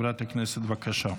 בבקשה.